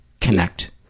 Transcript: connect